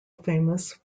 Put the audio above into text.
famous